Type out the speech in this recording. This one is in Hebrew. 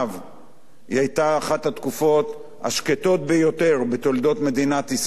היתה אחת התקופות השקטות ביותר בתולדות מדינת ישראל מבחינת